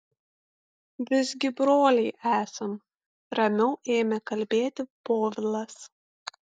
visgi broliai esam ramiau ėmė kalbėti povilas